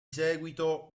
seguito